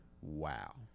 Wow